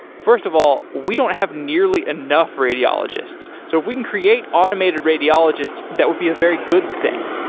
first of all, we don't have nearly enough radiologists, so if we can create automated radiologists, that would be a very good thing.